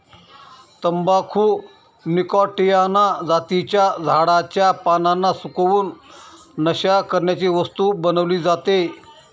तंबाखू निकॉटीयाना जातीच्या झाडाच्या पानांना सुकवून, नशा करण्याची वस्तू बनवली जाते